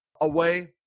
away